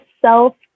self